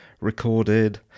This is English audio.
recorded